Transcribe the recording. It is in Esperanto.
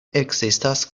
ekzistas